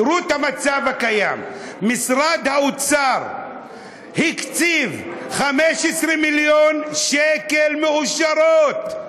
תראו את המצב הקיים: משרד האוצר הקציב 15 מיליון שקל מאושרים,